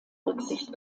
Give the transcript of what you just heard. rücksicht